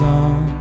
on